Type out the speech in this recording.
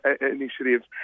initiatives